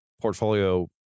portfolio